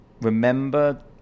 remember